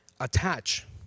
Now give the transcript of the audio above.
attach